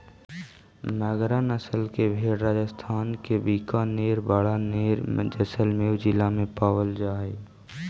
मगरा नस्ल के भेंड़ राजस्थान के बीकानेर, बाड़मेर, जैसलमेर जिला में पावल जा हइ